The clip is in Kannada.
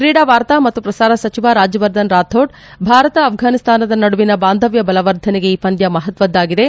ತ್ರೀಡಾ ವಾರ್ತಾ ಮತ್ತು ಪ್ರಸಾರ ಸಚಿವ ರಾಜ್ವವರ್ಧನ್ ರಾಥೋಡ್ ಭಾರತ ಅಪ್ಪಾನಿಸ್ತಾನದ ನಡುವಿನ ಬಾಂಧವ್ದ ಬಲವರ್ಧನೆಗೆ ಈ ಪಂದ್ಯ ಮಹತ್ವದ್ದಾಗಿದೆ